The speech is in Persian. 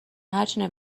هرچی